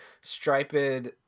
striped